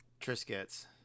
Triscuits